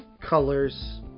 colors